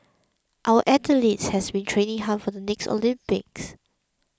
our athletes has been training hard for the next Olympics